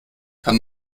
kann